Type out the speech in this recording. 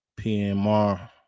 PMR